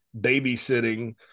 babysitting